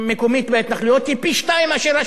היא פי-שניים בממוצע מההשקעה כאן בארץ.